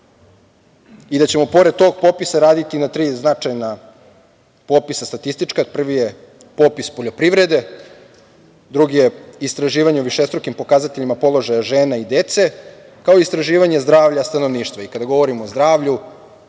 I, da ćemo pored tog popisa raditi na tri značajna popisa statistička. Prvi je popis poljoprivrede, drugi je istraživanje o višestrukim pokazateljima položaja žena i dece, kao i istraživanje zdravlja stanovništva. Kada govorimo o zdravlju,